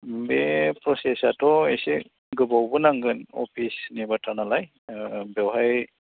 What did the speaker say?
बे प्रसेसाथ' एसे गोबावबो नांगोन अफिसनि बाथ्रा नालाय बेवहाय